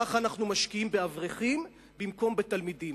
כך אנחנו משקיעים באברכים במקום בתלמידים.